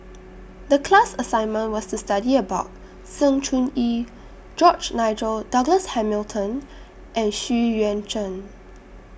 The class assignment was to study about Sng Choon Yee George Nigel Douglas Hamilton and Xu Yuan Zhen